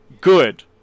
good